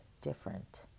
different